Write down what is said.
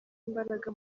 imbaraga